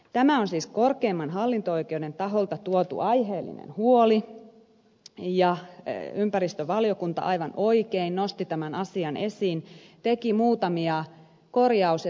tämä on siis korkeimman hallinto oikeuden taholta tuotu aiheellinen huoli ja ympäristövaliokunta aivan oikein nosti tämän asian esiin ja teki muutamia korjaus ja täsmennysehdotuksia